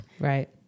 Right